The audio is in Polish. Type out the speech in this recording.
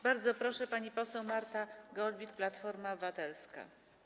Bardzo proszę, pani poseł Marta Golbik, Platforma Obywatelska.